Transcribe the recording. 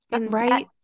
Right